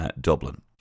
Dublin